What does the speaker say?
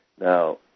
now